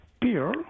Beer